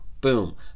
Boom